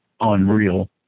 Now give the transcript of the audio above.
unreal